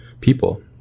people